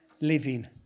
living